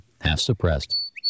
half-suppressed